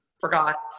forgot